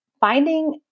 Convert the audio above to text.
Finding